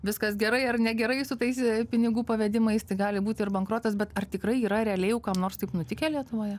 viskas gerai ar negerai su tais pinigų pavedimais tai gali būti ir bankrotas bet ar tikrai yra realiai jau kam nors taip nutikę lietuvoje